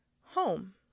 home